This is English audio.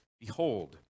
behold